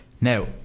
Now